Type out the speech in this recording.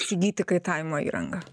įsigyti kaitavimo įrangą